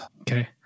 Okay